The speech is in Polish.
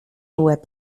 łeb